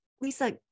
Lisa